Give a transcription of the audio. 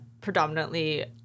predominantly